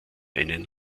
einen